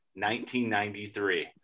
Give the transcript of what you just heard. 1993